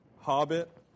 Hobbit